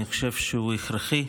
אני חושב שהוא הכרחי,